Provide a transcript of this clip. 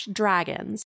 dragons